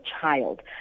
child